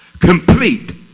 complete